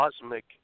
cosmic